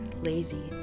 lazy